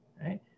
Right